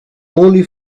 only